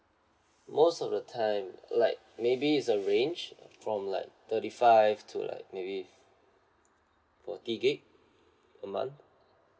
most of the time like maybe is a range from like thirty five to like maybe forty gigabyte a month